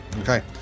Okay